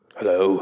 Hello